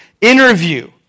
interview